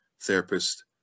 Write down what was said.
therapist